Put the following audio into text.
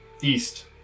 east